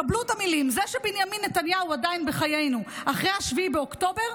קבלו את המילים: זה שבנימין נתניהו עדיין בחיינו אחרי 7 באוקטובר,